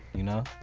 you know,